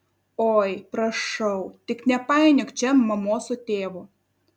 oi prašau tik nepainiok čia mamos su tėvu